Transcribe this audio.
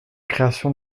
création